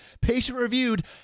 patient-reviewed